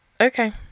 Okay